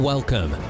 Welcome